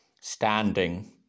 Standing